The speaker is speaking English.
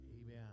Amen